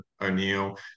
O'Neill